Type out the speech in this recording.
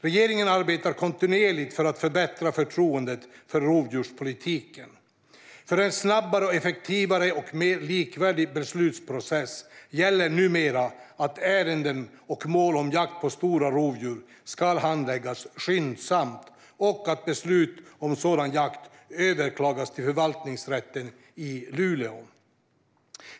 Regeringen arbetar kontinuerligt för att förbättra förtroendet för rovdjurspolitiken. För en snabbare, effektivare och mer likvärdig beslutsprocess gäller numera att ärenden och mål om jakt på stora rovdjur ska handläggas skyndsamt och att beslut om sådan jakt överklagas till Förvaltningsrätten i Luleå.